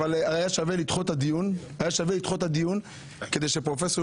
אבל היה שווה לדחות את הדיון כדי שפרופסור